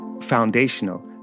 foundational